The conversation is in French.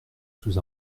sous